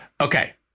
Okay